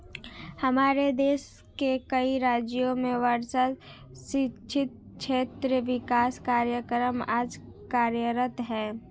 हमारे देश के कई राज्यों में वर्षा सिंचित क्षेत्र विकास कार्यक्रम आज कार्यरत है